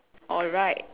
alright